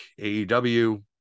AEW